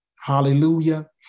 Hallelujah